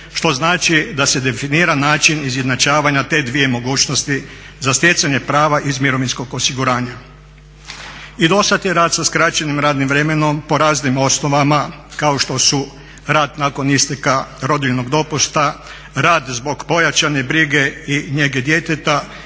što znači da se definira način izjednačavanja te dvije mogućnosti za stjecanje prava iz mirovinskog osiguranja. I do sad je rad sa skraćenim radnim vremenom po raznim osnovama kao što su rad nakon isteka rodiljnog dopusta, rad zbog pojačane brige i njege djeteta